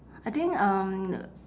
I think um